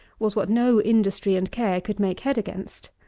was what no industry and care could make head against.